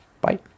bye